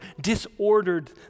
disordered